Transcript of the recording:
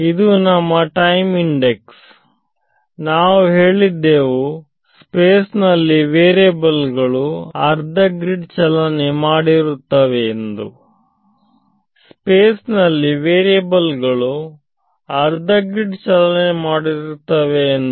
ಇದು ನಮ್ಮ time index ನಾವ್ ಹೇಳಿದ್ದೆವು ಸ್ಪೇಸ್ ನಲ್ಲಿ ವೇರಿಯಬಲ್ ಗಳು ಅರ್ಧ ಗ್ರಿಡ್ ಚಲನೆ ಮಾಡಿರುತ್ತವೆ ಎಂದು